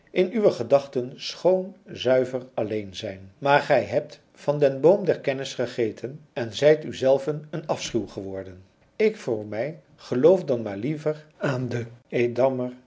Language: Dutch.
in uwe gedachten schoon zuiver alleen zijn maar gij hebt van den boom der kennis gegeten en zijt uzelven een afschuw geworden ik voor mij geloof dan maar liever aan de